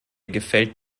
gefällt